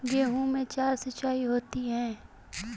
गेहूं में चार सिचाई होती हैं